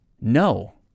No